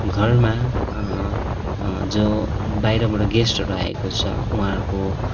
घरमा जो बाहिरबाट गेस्टहरू आएको छ उहाँहरूको